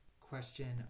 question